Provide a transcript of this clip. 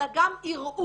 אלא גם ערעור.